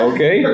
Okay